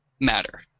matter